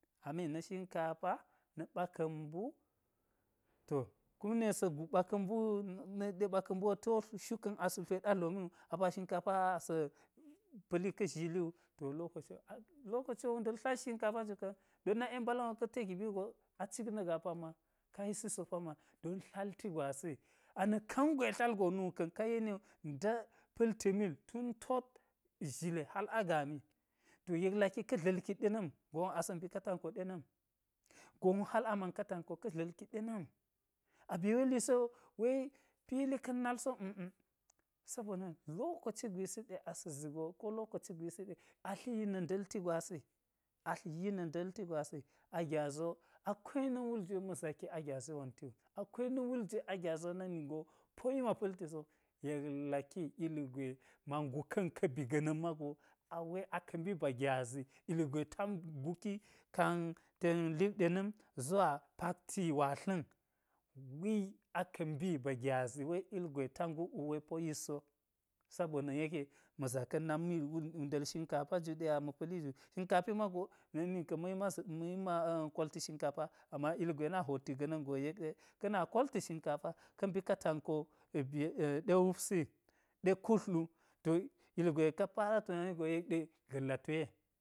shinkafa na̱ ɓaka̱n mbu to kum ne sa̱ gu ɓaka̱n mbu wu-nak ɗe ɓaka̱n mbu wo ti wo shu ka̱n asa tuwet adlomi wu apa shinkafa wo a-sa̱ pa̱li ka̱ zhili wu to lokaci wo, lokoci wo wunda̱l tlal shinkafa ju ka̱n don nak'en mbala̱n wo ka̱ te giɓi wugo a cik na gaa pamma, ka yisi so pamma, don tlalti gwasi, a na̱k kangwe, tlal go nu ka̱n ka yeni wo, da pa̱lti mil tun tot zhile hal a agaami, to yek laki ka̱ dla̱lki ɗe nam gon wo asa mbi katango ɗe nam, gon hal a man katanko ka̱ dla̱lki ɗena̱m a be we luisi wo we pilin ka̱n nalso a̱hm a̱hm sabona̱ lokoci gwisi ɗe asa̱ zi go ko lokoci gwisi ɗe atli yi na̱ nda̱lti gwasi atli yi na̱ nda̱lti gwasi, a gyazi wo akwai na̱ wul jwe ma̱ zaki a gyazi wonti wu, akwai na̱ wul jwe, a gyazi wo na̱k ningo poyi ma pa̱lti so, yek laki ilgwe ma nguka̱n ka̱ bi ga̱na̱n mago a̱we aka̱ mbi ba gyazi ilgwe ta nguki kanten lip ɗena̱m, zuwa paktia̱ watla̱n, we aka̱ mbi ba gyazi we ilgwe ta nguk wu we poyiti so, sabona̱ yeke ma̱ zaka̱n na̱k mil wunda̱l mil shinkafaju ɗe a pa̱liju, shinkafe mago na̱k nin ka̱n ma̱ yi ma-a̱-a̱-kolti shinkafa ama ilgwe na hwolti ganan go yek ɗe ka̱ na kolti shinkafa ka mbi katanko ɗe wupsi ɗe kutl wu to ilgwe ka fara tunani go yek ɗe ga̱lla ga̱ toe